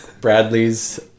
bradley's